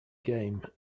game